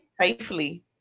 safely